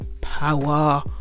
power